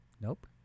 Nope